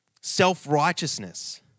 self-righteousness